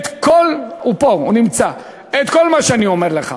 הוא פה, הוא נמצא, את כל מה שאני אומר לך.